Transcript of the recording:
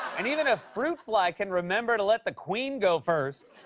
and even a fruit fly can remember to let the queen go first.